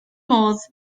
modd